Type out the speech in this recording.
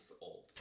old